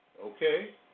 okay